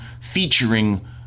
featuring